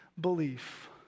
belief